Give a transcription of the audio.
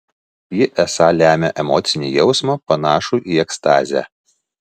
ji esą lemia emocinį jausmą panašų į ekstazę